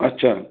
अच्छा